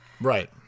Right